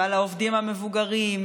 ועל העובדים המבוגרים,